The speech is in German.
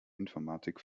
informatik